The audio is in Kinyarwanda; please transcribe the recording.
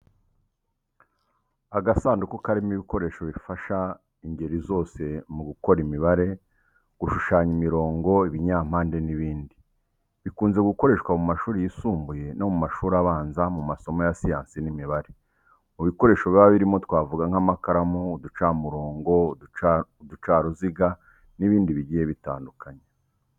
Agasanduku karimo ibikoresho bifasha ingeri zose mu gukora imibare, gushushanya imirongo, ibinyampande n’ibindi. Bikunze gukoreshwa mu mashuri yisumbuye no mu mashuri abanza mu masomo ya siyansi n'imibare. Mu bikoresho biba birimo twavuga nk’amakaramu, uducamurongo, uducaruziga n’ibindi bigiye bitandukanye.